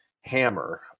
hammer